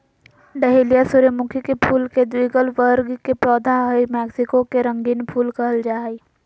dahlia सूर्यमुखी फुल के द्विदल वर्ग के पौधा हई मैक्सिको के रंगीन फूल कहल जा हई